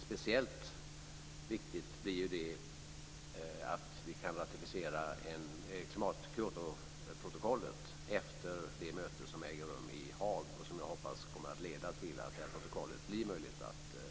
Speciellt viktigt blir det att vi kan ratificera Kyotoprotokollet efter det möte som äger rum i Haag och som jag hoppas kommer att leda till att det här protokollet blir möjligt att ratificera.